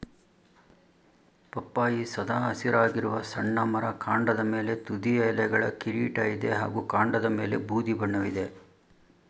ಪಪ್ಪಾಯಿ ಸದಾ ಹಸಿರಾಗಿರುವ ಸಣ್ಣ ಮರ ಕಾಂಡದ ಮೇಲೆ ತುದಿಯ ಎಲೆಗಳ ಕಿರೀಟ ಇದೆ ಹಾಗೂ ಕಾಂಡದಮೇಲೆ ಬೂದಿ ಬಣ್ಣವಿದೆ